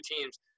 teams